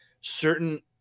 certain